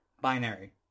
binary